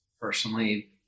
personally